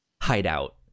hideout